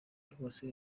rwose